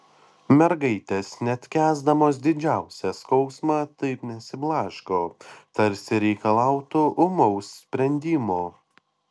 mergaitės net kęsdamos didžiausią skausmą taip nesiblaško tarsi reikalautų ūmaus sprendimo